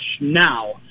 now